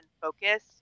focus